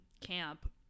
camp